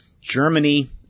Germany